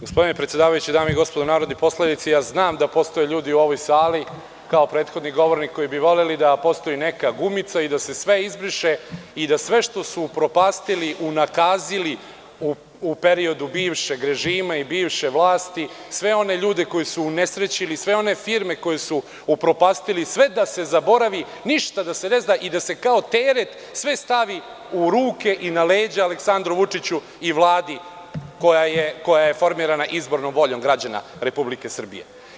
Gospodine predsedavajući, dame i gospodo narodni poslanici, ja znam da postoje ljudi u ovoj sali, kao prethodni govornik, koji bi voleli da postoji neka gumica i da se sve izbriše i da sve što su upropastili, unakazili u periodu bivšeg režima i bivše vlasti, sve one ljude koje su unesrećili, sve one firme koje su upropastili, sve da se zaboravi, ništa da se ne zna i da se kao teret sve stavi u ruke i na leđa Aleksandru Vučiću i Vladi koja je formirana izbornom voljom građana Republike Srbije.